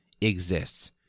exists